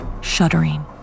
Shuddering